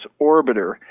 Orbiter